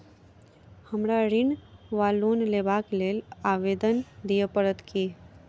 हमरा ऋण वा लोन लेबाक लेल आवेदन दिय पड़त की?